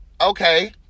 Okay